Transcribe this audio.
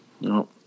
no